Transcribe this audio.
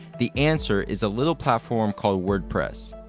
the answer is a little platform called wordpress.